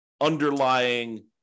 underlying